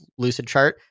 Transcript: Lucidchart